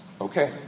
okay